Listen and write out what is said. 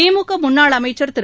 திமுக முன்னாள் அமைச்சர் திரு